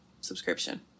subscription